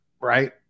right